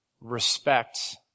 respect